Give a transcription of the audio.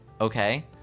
okay